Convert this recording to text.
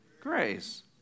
grace